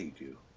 you